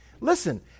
Listen